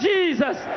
Jesus